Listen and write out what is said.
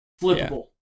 flippable